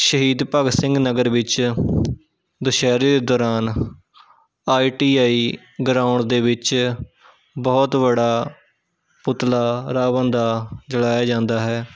ਸ਼ਹੀਦ ਭਗਤ ਸਿੰਘ ਨਗਰ ਵਿੱਚ ਦੁਸਹਿਰੇ ਦੇ ਦੌਰਾਨ ਆਈ ਟੀ ਆਈ ਗਰਾਊਂਡ ਦੇ ਵਿੱਚ ਬਹੁਤ ਬੜਾ ਪੁਤਲਾ ਰਾਵਣ ਦਾ ਜਲਾਇਆ ਜਾਂਦਾ ਹੈ